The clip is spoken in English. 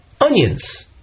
onions